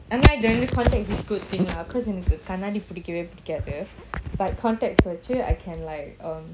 ஆனாஎனக்குமட்டும்:ana enaku mattum contact is a good thing lah cause கண்ணாடிபிடிக்கவேபிடிக்காது:kannadi pidikave pidikathu but contacts வச்சி:vachi I can like um